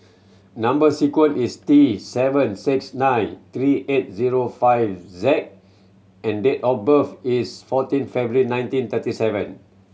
number sequence is T seven six nine three eight zero five Z and date of birth is fourteen February nineteen thirty seven